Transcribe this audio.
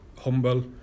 humble